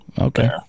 Okay